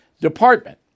department